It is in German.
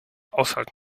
aushalten